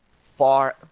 far